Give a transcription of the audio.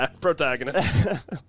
protagonist